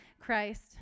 Christ